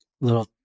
little